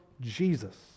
Jesus